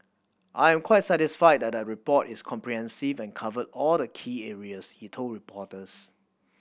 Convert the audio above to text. I am quite satisfied that the report is comprehensive and covered all the key areas he told reporters